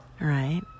right